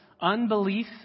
unbelief